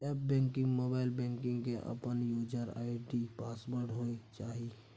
app banking, mobile banking के अपन user ID password होय चाहिए